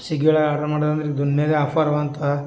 ಸಿಗ್ಗಿ ಎಲ್ಲಆರ್ಡರ್ ಮಾಡೋದಂದ್ರೆ ದುನಿಯ್ದ್ ಆಫರ್ ಬಂತು